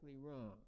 wrong